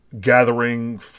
gathering